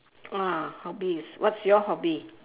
ah hobbies what's your hobby